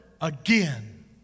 again